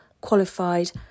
qualified